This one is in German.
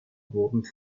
wurden